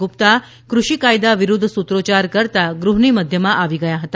ગુપ્તા કૃષિ કાયદા વિરૂદ્ધ સૂત્રોચ્યાર કરતા ગૃહની મધ્યમાં આવી ગયા હતા